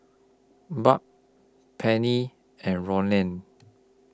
Barb Penny and Rollie